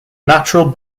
natural